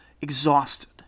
exhausted